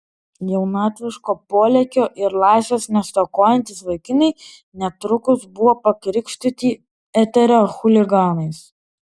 jaunatviško polėkio ir laisvės nestokojantys vaikinai netrukus buvo pakrikštyti eterio chuliganais